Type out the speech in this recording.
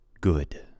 good